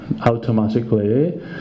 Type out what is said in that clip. automatically